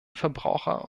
verbraucher